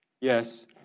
Yes